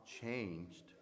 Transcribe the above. changed